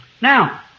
Now